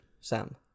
Sam